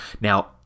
now